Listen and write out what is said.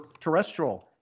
terrestrial